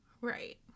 Right